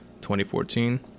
2014